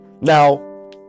now